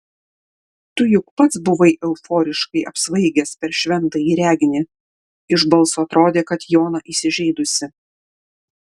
tu juk pats buvai euforiškai apsvaigęs per šventąjį reginį iš balso atrodė kad jona įsižeidusi